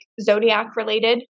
Zodiac-related